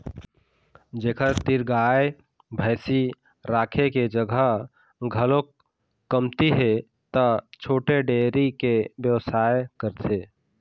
जेखर तीर गाय भइसी राखे के जघा घलोक कमती हे त छोटे डेयरी के बेवसाय करथे